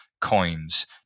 coins